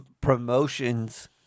Promotions